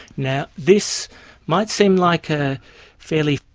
now, this might seem like a fairly,